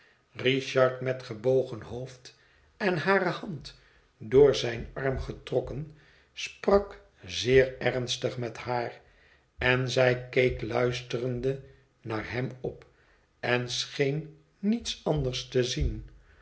richard met gebogen hoofd en hare hand door zijn arm getrokken sprak zeer ernstig met haar en zij keek luisterende naar hem op en scheen niets anders te zien